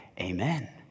Amen